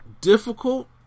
difficult